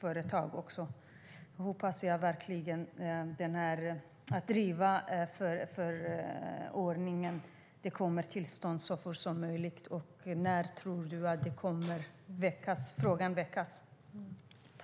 Jag hoppas därför att förordningen kommer på plats så fort som möjligt. När tror utrikesministern att frågan kommer upp?